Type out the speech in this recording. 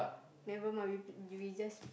never mind we p~ we just